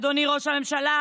אדוני ראש הממשלה,